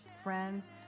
friends